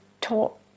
taught